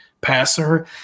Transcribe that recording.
passer